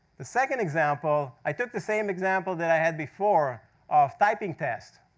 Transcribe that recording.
the second example, i took the same example that i had before of, typing test.